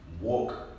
walk